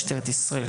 משטרת ישראל,